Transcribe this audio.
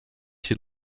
hier